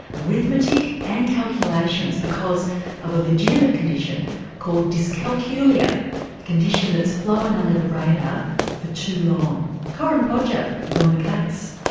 arithmetic and calculations because of a legitimate condition called dyscalculia, a condition that's flown under the radar for too long. corinne podger is on the case.